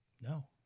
No